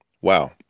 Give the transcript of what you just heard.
Wow